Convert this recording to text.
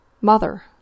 Mother